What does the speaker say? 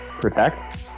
Protect